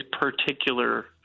particular